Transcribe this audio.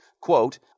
quote